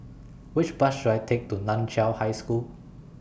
Which Bus should I Take to NAN Chiau High School